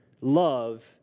love